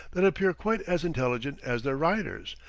that appear quite as intelligent as their riders,